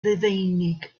rufeinig